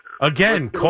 Again